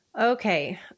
Okay